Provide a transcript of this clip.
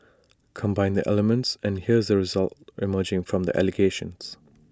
combine the elements and here's the result emerging from the allegations